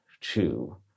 two